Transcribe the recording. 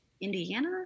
Indiana